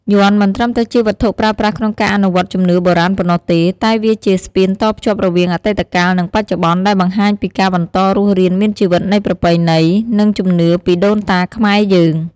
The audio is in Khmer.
យ័ន្តមិនត្រឹមតែជាវត្ថុប្រើប្រាស់ក្នុងការអនុវត្តជំនឿបុរាណប៉ុណ្ណោះទេ តែវាជា ស្ពានតភ្ជាប់រវាងអតីតកាល និងបច្ចុប្បន្ន ដែលបង្ហាញពីការបន្តរស់រានមានជីវិតនៃប្រពៃណី និងជំនឿពីដូនតាខ្មែរយើង។